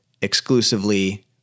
exclusively